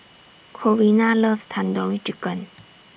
Corina loves Tandoori Chicken